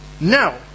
Now